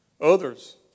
Others